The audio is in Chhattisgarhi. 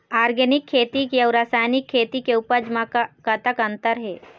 ऑर्गेनिक खेती के अउ रासायनिक खेती के उपज म कतक अंतर हे?